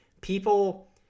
people